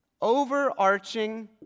overarching